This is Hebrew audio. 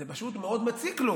זה פשוט מאוד מציק לו